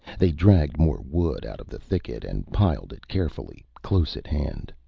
they dragged more wood out of the thicket and piled it carefully close at hand.